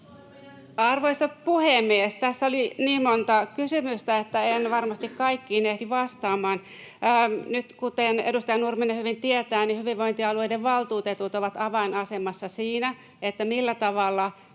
Arvoisa puhemies! Tässä oli niin monta kysymystä, että en varmasti kaikkiin ehdi vastaamaan. Nyt, kuten edustaja Nurminen hyvin tietää, hyvinvointialueiden valtuutetut ovat avainasemassa siinä, millä tavalla